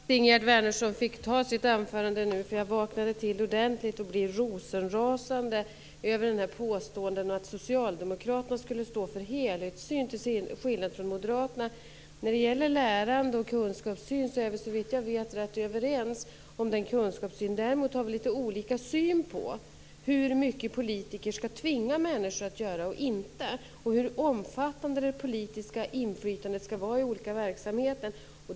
Fru talman! Jag är glad över att Ingegerd Wärnersson höll sitt anförande nu, eftersom jag vaknade till ordentligt och blev rosenrasande över påståendena att Socialdemokraterna skulle stå för en helhetssyn till skillnad från Moderaterna. När det gäller lärande och kunskapssyn är vi, såvitt jag vet, ganska överens. Däremot har vi litet olika syn på hur mycket politiker skall tvinga människor att göra och inte och hur omfattande det politiska inflytandet skall vara i olika verksamheter.